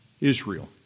Israel